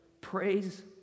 praise